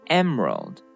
emerald